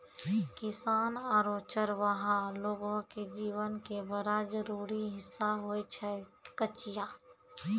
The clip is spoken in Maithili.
किसान आरो चरवाहा लोगो के जीवन के बड़ा जरूरी हिस्सा होय छै कचिया